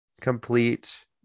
complete